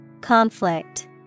Conflict